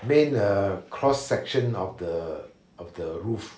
main uh cross section of the of the roof